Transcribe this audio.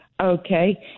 Okay